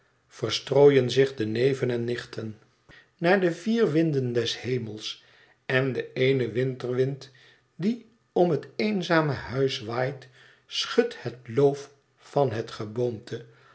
verstrooien zich de neven en nichten naar de vier winden des hemels en de eene winterwind die om het eenzame huis waait schudt het loof van het geboomte